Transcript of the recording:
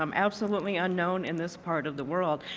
um absolutely unknown in this part of the world.